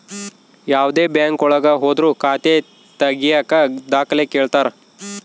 ಯಾವ್ದೇ ಬ್ಯಾಂಕ್ ಒಳಗ ಹೋದ್ರು ಖಾತೆ ತಾಗಿಯಕ ದಾಖಲೆ ಕೇಳ್ತಾರಾ